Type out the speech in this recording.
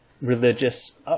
religious